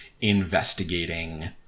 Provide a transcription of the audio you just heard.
investigating